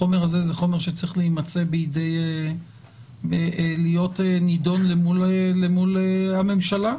החומר הזה צריך להיות נידון למול הממשלה,